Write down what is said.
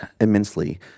immensely